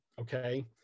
okay